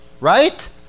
Right